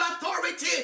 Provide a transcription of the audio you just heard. authority